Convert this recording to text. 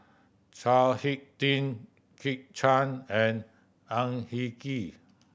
Chao Hick Tin Kit Chan and Ang Hin Kee